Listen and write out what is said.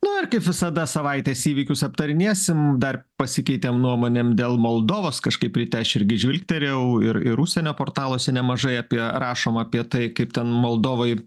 nu ir kaip visada savaitės įvykius aptarinėsim dar pasikeitėm nuomonėm dėl moldovos kažkaip ryte aš irgi žvilgterėjau ir ir užsienio portaluose nemažai apie rašoma apie tai kaip ten moldovoj